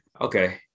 okay